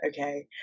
okay